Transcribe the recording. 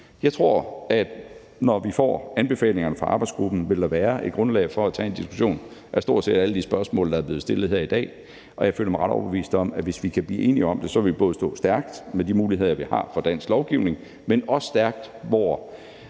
Jeg tror, at der, når vi får anbefalingerne fra arbejdsgruppen, vil være et grundlag for at tage en diskussion af stort set alle de spørgsmål, der er blevet stillet her i dag, og jeg føler mig ret overbevist om, at hvis vi kan blive enige om det, vil vi stå stærkt med de muligheder, vi har i dansk lovgivning, men vi vil også